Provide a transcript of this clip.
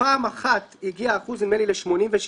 פעם אחת הגיע האחוז הכללי נדמה לי ל-86%,